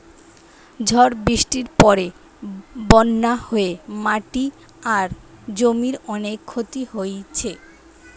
ঝড় বৃষ্টির পরে বন্যা হয়ে মাটি আর জমির অনেক ক্ষতি হইছে